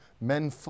Men